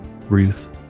Ruth